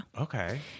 Okay